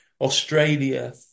Australia